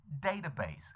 database